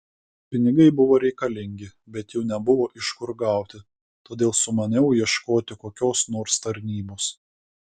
pinigai buvo reikalingi bet jų nebuvo iš kur gauti todėl sumaniau ieškoti kokios nors tarnybos